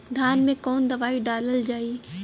धान मे कवन दवाई डालल जाए?